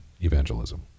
Evangelism